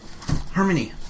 Harmony